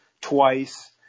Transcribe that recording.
twice